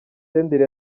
senderi